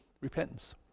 Repentance